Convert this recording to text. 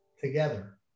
together